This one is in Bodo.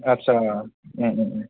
आत्सा